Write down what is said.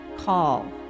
call